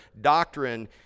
doctrine